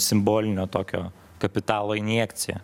simbolinio tokio kapitalo injekcija